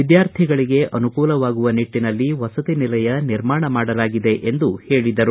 ವಿದ್ಯಾರ್ಥಿಗಳಗೆ ಅನುಕೂಲವಾಗುವ ನಿಟ್ಟನಲ್ಲಿ ವಸತಿನಿಲಯ ನಿರ್ಮಾಣ ಮಾಡಲಾಗಿದೆ ಎಂದು ಹೇಳಿದರು